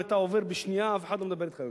אם אתה עובר בשנייה, אף אחד לא מדבר אתך יותר.